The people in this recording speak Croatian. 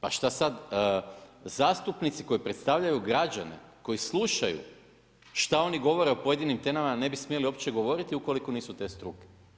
Pa šta sad zastupnici koji predstavljaju građane koji slušaju šta oni govore o pojedinim temama ne bi smjeli uopće govoriti ukoliko nisu te struke.